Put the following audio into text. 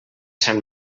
sant